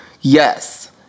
yes